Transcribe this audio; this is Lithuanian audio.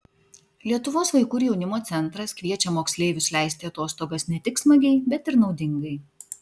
lietuvos vaikų ir jaunimo centras kviečia moksleivius leisti atostogas ne tik smagiai bet ir naudingai